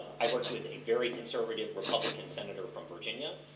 i worked with a very conservative republican senator from virginia,